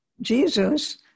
Jesus